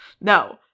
No